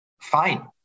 fine